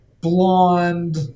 blonde